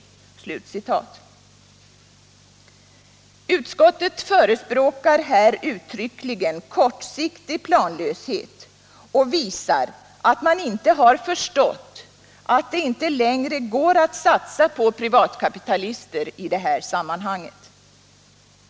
Utskottet förespråkar här uttryckligen kortsiktig planlöshet och visar att man inte har förstått att det inte längre går att satsa på privatkapitalister i det här sammanhanget.